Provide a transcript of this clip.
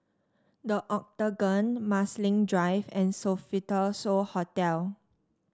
The Octagon Marsiling Drive and Sofitel So Hotel